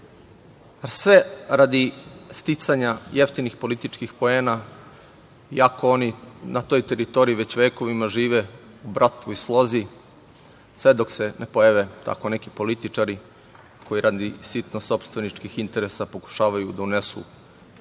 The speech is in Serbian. sve radi sticanja jeftinih političkih poena, iako oni na toj teritoriji već vekovima žive u bratstvu i slozi sve dok se ne pojave tako neki političari koji radi sitnih sopstvenih interesa pokušavaju da unesu nemir